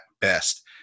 best